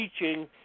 teaching